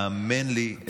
האמן לי,